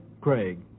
Craig